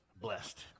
Blessed